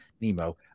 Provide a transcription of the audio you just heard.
Nemo